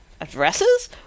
addresses